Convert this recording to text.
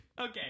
Okay